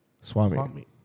swami